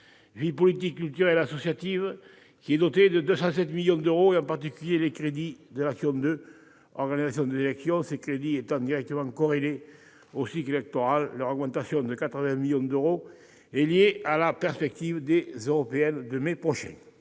Vie politique, cultuelle et associative », doté de 207 millions d'euros, en particulier les crédits de l'action n° 02, Organisation des élections. Ces crédits étant directement corrélés au cycle électoral, leur augmentation de 81 millions d'euros est liée à la perspective des élections européennes de mai prochain.